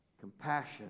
compassion